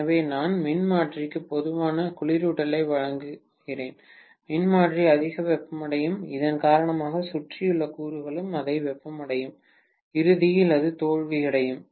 எனவே நான் மின்மாற்றிக்கு போதுமான குளிரூட்டலை வழங்குகிறேன் மின்மாற்றி அதிக வெப்பமடையும் இதன் காரணமாக சுற்றியுள்ள கூறுகளும் அதிக வெப்பமடையும் இறுதியில் அது தோல்வியடையும்